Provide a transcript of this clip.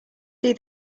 see